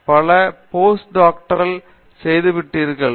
D படித்துளீர்கள் பல post doctoral செய்துவிட்டீர்கள்